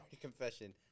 confession